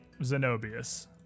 Zenobius